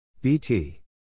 BT